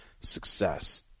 success